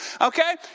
okay